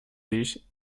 these